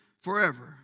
forever